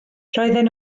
roedden